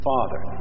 Father